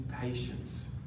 patience